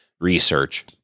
research